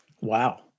Wow